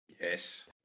Yes